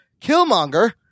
Killmonger